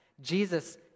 Jesus